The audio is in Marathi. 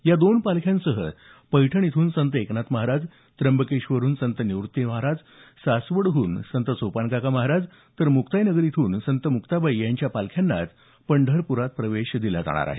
या दोन पालख्यांसह पैठण इथून संत एकनाथ महाराज त्यंबकेश्वरहून संत निवृत्तीनाथ महाराज सासवड हून संत सोपानकाका महाराज तर मुक्ताईनगरहून मुक्ताबाई यांच्या पालख्यांनाच पंढरपुरात प्रवेश दिला जाणार आहे